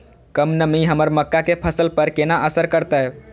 कम नमी हमर मक्का के फसल पर केना असर करतय?